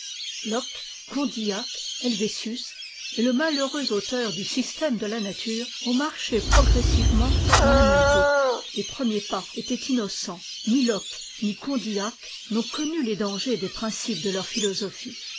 locke condittac hetvétius et le malheureux auteur du mm de vaïmre ont marché progressivement dans ta même route ës premiers pas étaient innocents ni locke ni côndillac n'ont connu les dangers des principes de léur philosophie